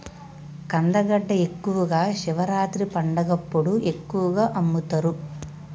కందగడ్డ ఎక్కువగా శివరాత్రి పండగప్పుడు ఎక్కువగా అమ్ముతరు